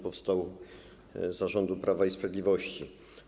Powstał za rządów Prawa i Sprawiedliwości.